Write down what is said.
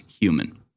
human